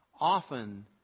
often